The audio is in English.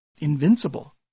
invincible